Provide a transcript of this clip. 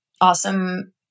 awesome